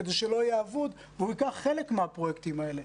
כדי שלא יהיה אבוד וייקח חלק מן הפרויקטים האלה.